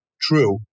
true